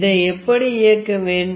இதை எப்படி இயக்க வேண்டும்